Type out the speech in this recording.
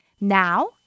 Now